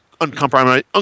uncompromising